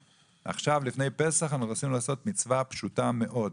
לפני פסח רצינו לעשות מצווה פשוטה מאוד.